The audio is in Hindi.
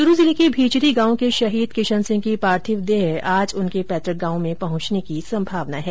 च्रू जिले के भींचरी गांव के शहीद किशन सिंह की पार्थिव देह आज उनके पैतुक गांव में पहुंचने की संभावना है